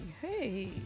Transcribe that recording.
hey